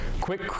Quick